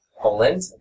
Poland